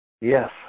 Yes